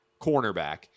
cornerback